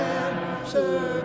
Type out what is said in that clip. answer